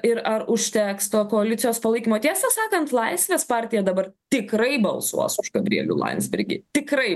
ir ar užteks to koalicijos palaikymo tiesą sakant laisvės partija dabar tikrai balsuos už gabrielių landsbergį tikrai